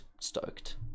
stoked